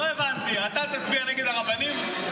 לא הבנתי, אתה תצביע נגד הרבנים?